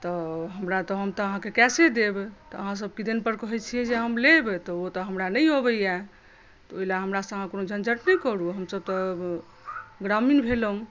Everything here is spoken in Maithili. तऽ हम तऽ अहाँकेँ कैशे देब तऽ अहाँ सभ कि दुन पर कहै छियै जे हम लेब तऽ ओ तऽ हमरा नहि अबैया ओहि लए हमरा से अहाँ कोनो झन्झट नहि करु हमसभ तऽ ग्रामीण भेलहुँ